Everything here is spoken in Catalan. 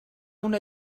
una